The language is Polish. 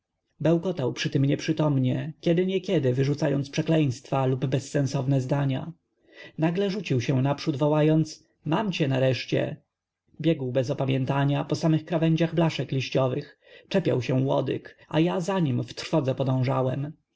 gwałtowne zdradzały haluncynacye jakim podlegał bełkotał przytem niezrozumiale kiedyniekiedy wyrzucając przekleństwa lub bezsensowe zdania nagle rzucił się naprzód wołając mam cię nareszcie biegł bez opamiętania po samych krawędziach blaszek liściowych czepiał się łodyg a ja za nim w trwodze podążałem